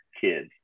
kids